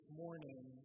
morning